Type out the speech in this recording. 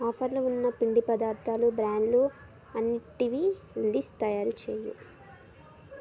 ఆఫర్లు ఉన్న పిండి పదార్థాలు బ్రాండ్లు అన్నిటివి లిస్టు తయారుచేయి